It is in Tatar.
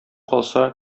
калса